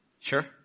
Sure